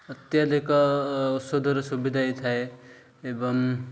ଅତ୍ୟାଧିକ ଔଷଧର ସୁବିଧା ହେଇଥାଏ ଏବଂ